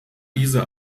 diese